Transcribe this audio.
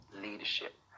leadership